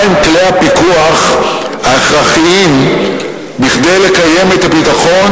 מהם כלי הפיקוח ההכרחיים כדי לקיים את הביטחון